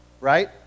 right